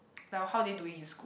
like how are they doing in school